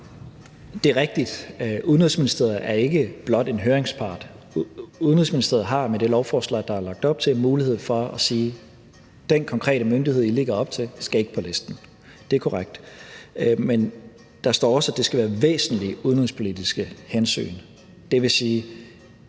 Det er rigtigt, at Udenrigsministeriet ikke blot er en høringspart, men at Udenrigsministeriet med det lovforslag, der er lagt op til, har mulighed for at sige: Den konkrete myndighed, I lægger op til, skal ikke på listen. Det er korrekt. Men der står også, at det skal være væsentlige udenrigspolitiske hensyn. Det vil sige,